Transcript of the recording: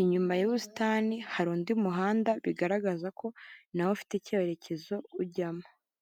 inyuma yubusitani hari undi muhanda bigaragaza ko nawe ufite icyerekezo ujyamo.